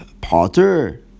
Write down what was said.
potter